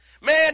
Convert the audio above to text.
Man